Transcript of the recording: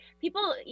People